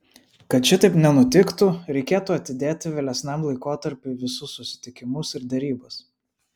kad šitaip nenutiktų reikėtų atidėti vėlesniam laikotarpiui visus susitikimus ir derybas